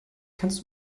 kannst